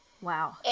wow